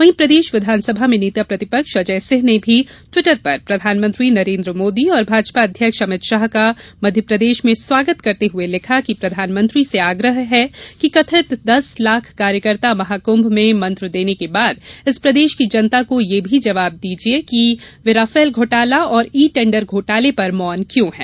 वहीं प्रदेश विधानसभा में नेता प्रतिपक्ष अजय सिंह ने भी ट्विटर पर प्रधानमंत्री नरेंद्र मोदी और भाजपा अध्यक्ष अमित शाह का मध्यप्रदेश में स्वागत करते हुए लिखा कि प्रधानमंत्री से आग्रह है कि कथित दस लाख कार्यकर्ता महाकृभ में मंत्र देने के बाद इस प्रदेश की जनता को यह भी जवाब दीजिएगा कि वे राफेल घोटाला और ई टेंडर घोटाले पर मौन क्यों हैं